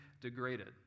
degraded